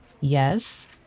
Yes